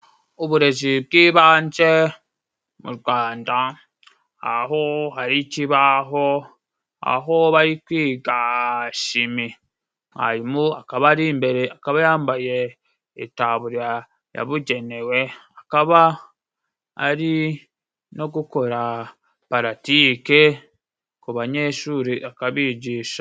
Uburezi bw'ibanje mu Rwanda aho hari ikibaho, aho bari kwiga shimi. Mwarimu akaba ari imbere, akaba yambaye itaburiya yabugenewe, akaba ari no gukora paratike ku banyeshuri akabigisha.